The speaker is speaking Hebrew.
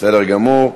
בסדר גמור.